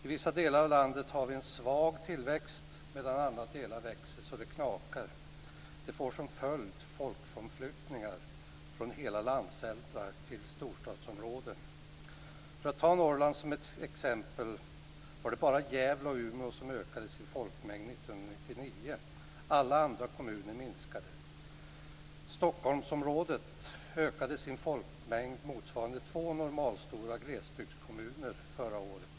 I vissa delar av landet har vi en svag tillväxt medan andra delar växer så det knakar. Det får som följd folkomflyttningar från hela landsändar till storstadsområden. För att ta Norrland som ett exempel var det vara Gävle och Umeå som ökade sin folkmängd år 1999. Alla andra kommuner minskade. Stockholmsområdet ökade sin folkmängd med motsvarande två normalstora glesbygdskommuner förra året.